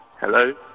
hello